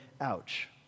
ouch